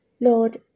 Lord